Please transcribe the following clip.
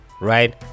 right